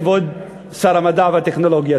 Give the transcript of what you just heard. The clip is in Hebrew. כבוד שר המדע והטכנולוגיה.